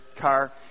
car